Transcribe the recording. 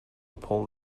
pull